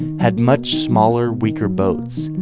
had much smaller weaker boats.